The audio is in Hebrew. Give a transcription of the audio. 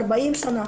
30 שנה,